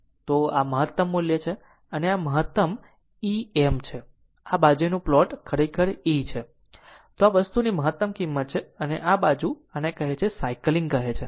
તેથી આ મહત્તમ મૂલ્ય છે આ મહત્તમ મૂલ્ય Em છે અને આ બાજુનું પ્લોટ ખરેખર E છે આ વસ્તુની મહત્તમ કિંમત છે અને આ બાજુ આને કહે છે તે સાયકલિંગ છે